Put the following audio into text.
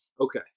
Okay